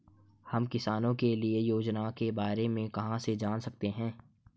हम किसानों के लिए योजनाओं के बारे में कहाँ से जान सकते हैं?